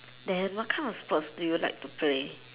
then what kind of sports do you like to play